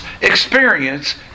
experience